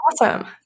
Awesome